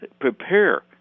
prepare